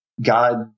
God